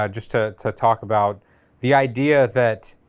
um just to to talk about the idea that